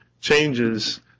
changes